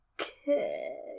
Okay